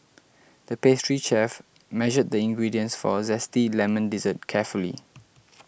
the pastry chef measured the ingredients for a Zesty Lemon Dessert carefully